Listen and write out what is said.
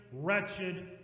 wretched